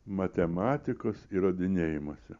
matematikos įrodinėjimuose